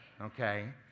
okay